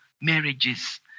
marriages